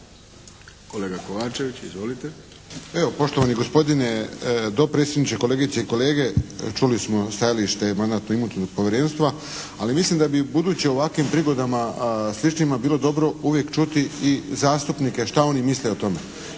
**Kovačević, Pero (HSP)** Evo poštovani gospodine dopredsjedniče, kolegice i kolege. Čuli smo stajalište Mandatno-imunitetnog povjerenstva ali mislim da bi u buduće u ovakvim prigodama sličnima bilo dobro uvijek čuti i zastupnike što oni misle o tome.